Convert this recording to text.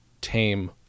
tame